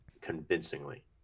convincingly